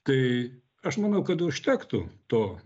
tai aš manau kad užtektų to